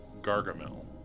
Gargamel